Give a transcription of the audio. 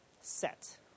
Set